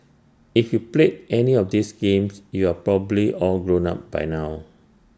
if you played any of these games you are probably all grown up now